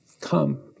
come